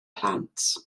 plant